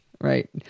right